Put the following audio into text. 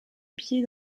pied